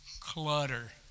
Clutter